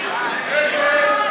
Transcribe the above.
רבה.